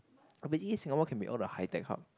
I believe Singapore can be all the high tech hub